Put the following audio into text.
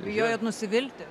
bijojot nusivilti